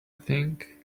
thing